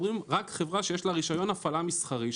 אומרים רק חברה שיש לה רישיון הפעלה מסחרי,